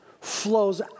flows